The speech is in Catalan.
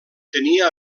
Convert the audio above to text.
tenia